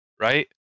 right